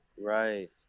right